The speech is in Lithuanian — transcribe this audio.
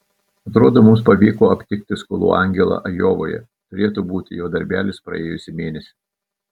atrodo mums pavyko aptikti skolų angelą ajovoje turėtų būti jo darbelis praėjusį mėnesį